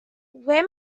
where